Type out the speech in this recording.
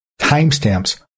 Timestamps